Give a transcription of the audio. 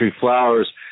Flowers